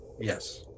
Yes